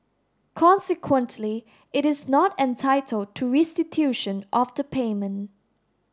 consequently it is not entitled to restitution of the payment